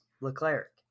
Leclerc